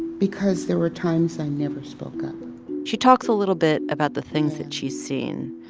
because there were times i never spoke up she talks a little bit about the things that she's seen,